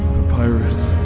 papyrus.